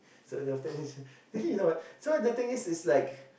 so then after this then you know what so the thing is is like